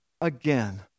again